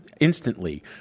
instantly